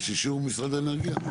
יש אישור, משרד האנרגיה?